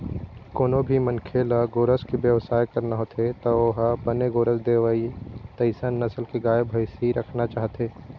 कोनो भी मनखे ल गोरस के बेवसाय करना होथे त ओ ह बने गोरस देवय तइसन नसल के गाय, भइसी राखना चाहथे